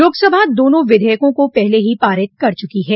लोकसभा दोनों विधेयकों को पहले ही पारित कर चुकी है